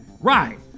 Right